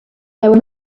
there